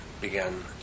began